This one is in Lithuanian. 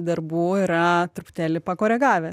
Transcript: darbų yra truputėlį pakoregavę